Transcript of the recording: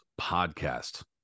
Podcast